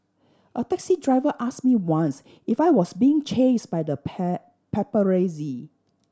a taxi driver asked me once if I was being chased by the pie paparazzi